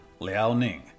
Liaoning